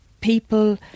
people